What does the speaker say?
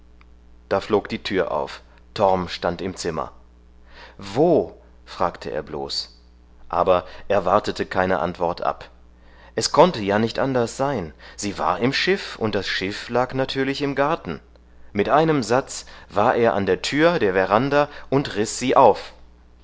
da flog die tür auf torm stand im zimmer wo fragte er bloß aber er wartete keine antwort ab es konnte ja nicht anders sein sie war im schiff und das schiff lag natürlich im garten mit einem satz war er an der tür der veranda und riß sie auf